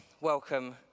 Welcome